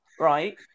right